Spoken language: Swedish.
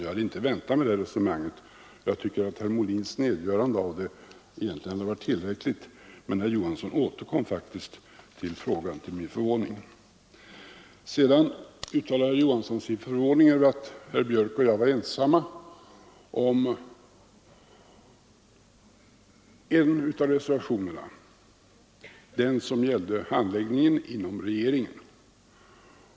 Jag hade inte väntat mig ett sådant resonemang av herr Johansson, och jag tycker att herr Molins nedgörande av det hade varit tillräckligt, men herr Johansson återkom faktiskt med det till min förvåning. Herr Johansson uttalade sin förvåning över att herr Björck i Nässjö och jag var ensamma om en av reservationerna, nämligen den som gäller handläggningen inom regeringen.